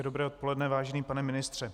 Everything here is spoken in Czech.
Hezké dobré odpoledne, vážený pane ministře.